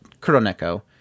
Kuroneko